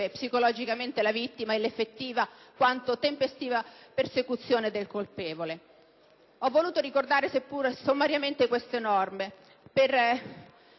psicologicamente la vittima e l'effettivo, quanto tempestivo, perseguimento del colpevole. Ho voluto ricordare, seppur sommariamente, queste norme per